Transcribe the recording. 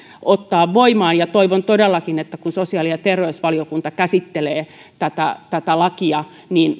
ottaa voimaan ja toivon todellakin että kun sosiaali ja terveysvaliokunta käsittelee tätä tätä lakia